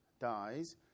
dies